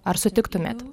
ar sutiktumėt